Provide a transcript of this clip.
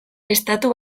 estatu